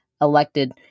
elected